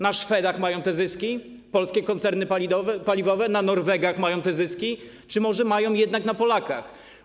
Na Szwedach mają te zyski polskie koncerny paliwowe, na Norwegach mają te zyski czy może mają jednak na Polakach?